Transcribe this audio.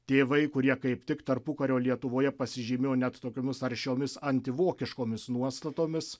tėvai kurie kaip tik tarpukario lietuvoje pasižymėjo net tokiomis aršiomis antivokiškomis nuostatomis